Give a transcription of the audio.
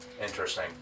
Interesting